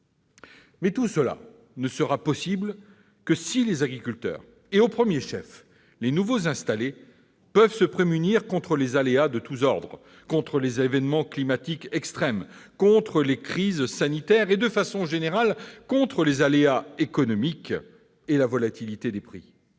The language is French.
Mais tout cela ne sera possible que si les agriculteurs, et au premier chef les nouveaux installés, peuvent se prémunir contre les aléas de tous ordres : les événements climatiques extrêmes, les crises sanitaires et, de façon générale, les aléas économiques et la volatilité des prix.